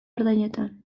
ordainetan